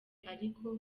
ariko